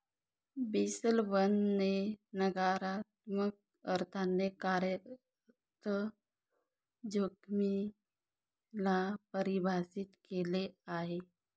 Basel one ने नकारात्मक अर्थाने कार्यरत जोखिमे ला परिभाषित केलं आहे